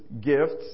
gifts